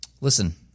Listen